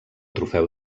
trofeu